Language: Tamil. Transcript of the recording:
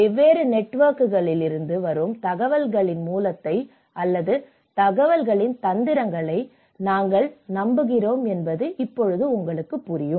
வெவ்வேறு நெட்வொர்க்குகளிலிருந்து வரும் தகவல்களின் மூலத்தை அல்லது தகவல்களின் தந்திரங்களை நாங்கள் நம்புகிறோம் என்பது உங்களுக்குத் தெரியும்